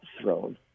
throne